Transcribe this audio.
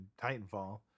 Titanfall